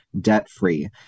debt-free